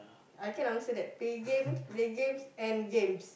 I can answer that play games play games and games